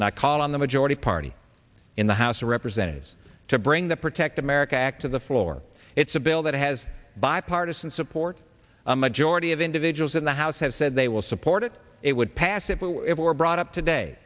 and i call on the majority party in the house of representatives to bring the protect america act to the floor it's a bill that has bipartisan support a majority of individuals in the house have said they will support it it would pass if it were brought up today